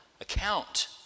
account